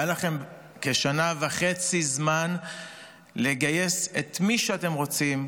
היו לכם כשנה וחצי זמן לגייס את מי שאתם רוצים,